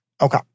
Okay